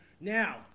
now